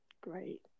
great